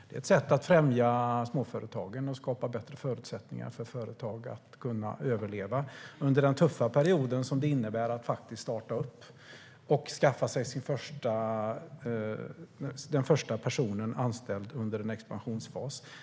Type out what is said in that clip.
Det är ett sätt att främja småföretagen och skapa bättre förutsättningar för företag att överleva under den tuffa period som det innebär att starta upp ett företag och skaffa sig den första anställda personen under en expansionsfas.